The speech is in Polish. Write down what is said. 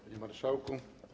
Panie Marszałku!